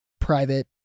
private